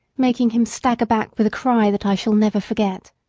making him stagger back with a cry that i shall never forget.